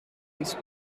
east